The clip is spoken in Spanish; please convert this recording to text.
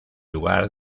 lugar